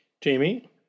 Jamie